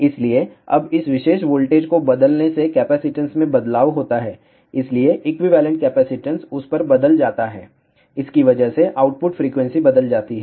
इसलिए अब इस विशेष वोल्टेज को बदलने से कैपेसिटेंस में बदलाव होता है इसलिए इक्विवेलेंट कैपेसिटेंस उस पर बदल जाता है इसकी वजह से आउटपुट फ्रीक्वेंसी बदल जाती है